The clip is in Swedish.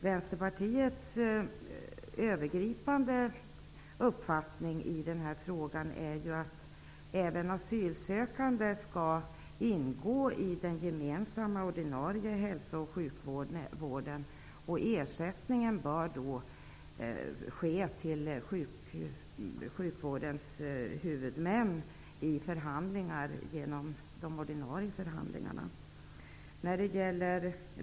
Vänsterpartiets övergripande uppfattning i den här frågan är att även asylsökande skall ingå i den gemensamma ordinarie hälso och sjukvården. Ersättningen bör då ske till sjukvårdens huvudmän genom de ordinarie förhandlingarna.